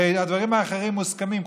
הרי הדברים האחרים מוסכמים.